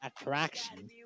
attraction